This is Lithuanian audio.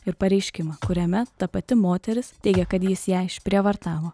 ir pareiškimą kuriame ta pati moteris teigia kad jis ją išprievartavo